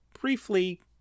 briefly